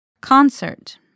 Concert